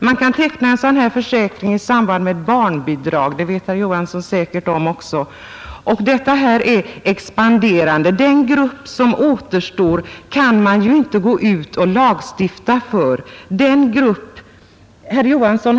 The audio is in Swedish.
Man kan teckna en sådan försäkring i samband med barnbidrag, det vet säkerligen herr Johansson också, och den försäkringsformen expanderar. Man kan inte lagstifta för den grupp som återstår.